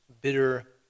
bitter